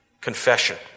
confession